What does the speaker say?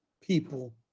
people